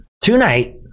tonight